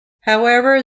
however